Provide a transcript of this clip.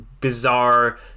bizarre